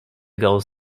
goals